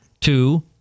Two